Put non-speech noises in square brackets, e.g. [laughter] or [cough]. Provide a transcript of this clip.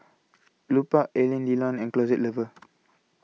Lupark Alain Delon and Closet Lover [noise]